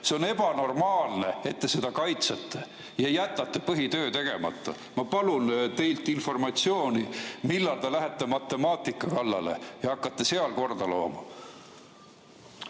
See on ebanormaalne, et te seda kaitsete ja jätate põhitöö tegemata. Ma palun teilt informatsiooni, millal te lähete matemaatika kallale ja hakkate seal korda looma.